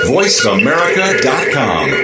VoiceAmerica.com